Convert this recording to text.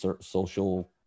social